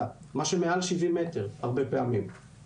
תודה רבה לכל מי שהגיע,